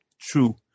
true